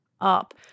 up